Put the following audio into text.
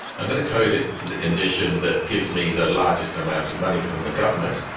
i'm going to code it to the condition that gives me the largest amount of money from the government,